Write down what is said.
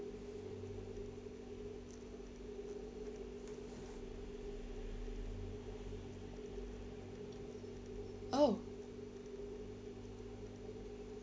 oh